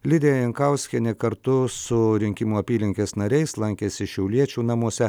lidija jankauskienė kartu su rinkimų apylinkės nariais lankėsi šiauliečių namuose